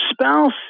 spouse